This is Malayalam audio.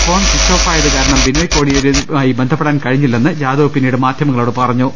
ഫോൺ സ്വിച്ച് ഓഫ് ആയതുകാരണം ബിനോയ് കോടിയേരിയുമായി ബന്ധപ്പെടാൻ കഴിഞ്ഞില്ലെന്ന് ജാദവ് പിന്നീട് മാധ്യമങ്ങളോട് പറഞ്ഞു